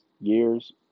years